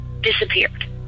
disappeared